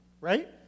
right